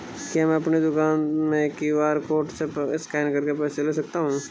क्या मैं अपनी दुकान में क्यू.आर कोड से स्कैन करके पैसे ले सकता हूँ?